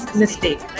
mistake